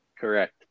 correct